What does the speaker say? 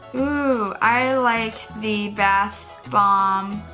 ooh, i like the bath bomb